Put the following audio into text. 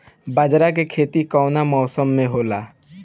बाजरा के खेती कवना मौसम मे होला?